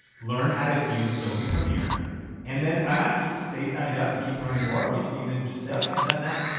learn how to use adobe premier and then i might stay signed up and keep learning more. or you could even just say, okay, i'm done now.